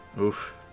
Oof